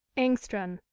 engstrand.